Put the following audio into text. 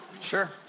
sure